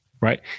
right